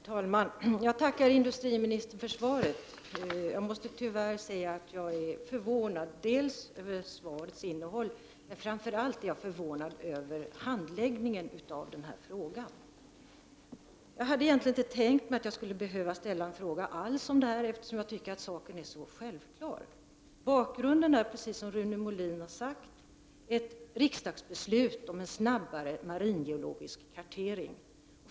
Herr talman! Jag tackar industriministern för svaret. Jag måste tyvärr säga att jag är förvånad över svarets innehåll, men framför allt över denna frågas handläggning. Jag hade egentligen inte alls tänkt mig att jag skulle behöva ställa den här frågan, eftersom jag tycker att saken är så självklar Bakgrunden är, precis som Rune Molin har sagt, ett riksdagsbeslut om en snabbare maringeologisk kartering.